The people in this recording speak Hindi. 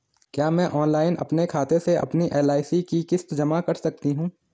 क्या मैं ऑनलाइन अपने खाते से अपनी एल.आई.सी की किश्त जमा कर सकती हूँ?